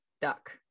duck